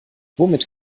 womit